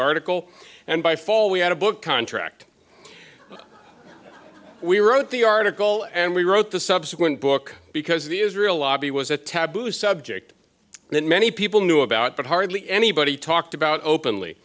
article and by fall we had a book contract we wrote the article and we wrote the subsequent book because the israel lobby was a taboo subject that many people knew about but hardly anybody talked about openly